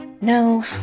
No